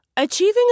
Achieving